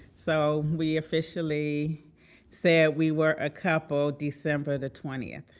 so we officially said we were a couple, december the twentieth.